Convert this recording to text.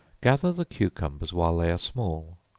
gather the cucumbers while they are small,